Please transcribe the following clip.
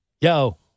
yo